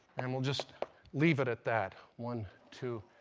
and we'll just leave it at that. one, two,